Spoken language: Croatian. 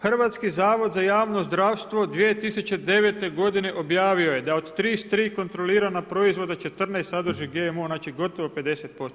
Hrvatski zavod za javno zdravstvo 2009. g. objavio da od 33 kontrolirana proizvoda, 14 sadrži GMO, znači gotovo 50%